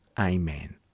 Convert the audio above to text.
Amen